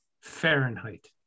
Fahrenheit